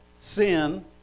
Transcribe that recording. sin